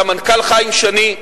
למנכ"ל חיים שני,